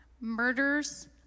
murders